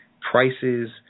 prices